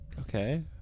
okay